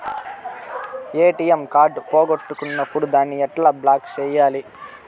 ATM card పోగొట్టుకున్నప్పుడు దాన్ని ఎట్లా బ్లాక్ సేయాలి